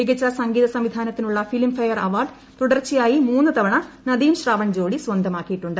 മികച്ച സംഗീത സംവിധാനത്തിനുള്ള ഫിലിം ഫെയർ അവാർഡ് തുടർച്ചയായി മൂന്നു തവണ നദീം ശ്രാവൺ ജോഡി സ്വന്തമാക്കിയിട്ടുണ്ട്